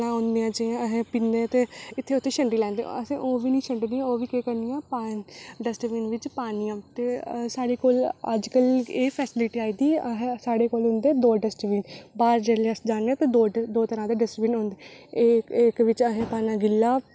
इक्क पास्सै चाढ़े दे चौल चौलें दा पानी चाढ़े दा हा ते केह् कीता ओह्दे कन्नै चौल धोइयै रक्खी ले ते ओह्दे कन्नै केह् चौल थोह्ड़े नेहं नर्म होई जंदे ते पानी बी उब्बली जाना हा ते चौल बनने ई आसानी होनी ही जेल्लै में राजमां गली गे ते फ्ही ओह् राजमां गलन लगे ते में ओह्दे बिच पाई ले चौल